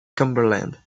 cumberland